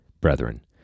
Brethren